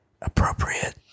Appropriate